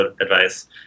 advice